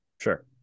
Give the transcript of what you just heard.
Sure